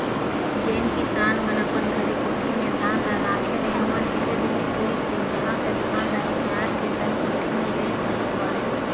जेन किसान मन अपन घरे कोठी में धान ल राखे रहें ओमन धीरे धीरे कइरके उहां कर धान ल हिंकाएल के धनकुट्टी में लेइज के कुटवाएं